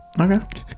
Okay